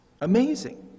Amazing